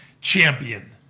champion